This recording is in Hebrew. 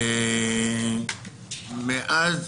ומאז,